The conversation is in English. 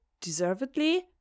deservedly